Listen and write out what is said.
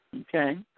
Okay